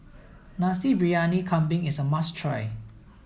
Nasi Briyani Kambing is a must try